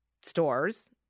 stores